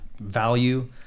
value